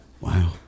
Wow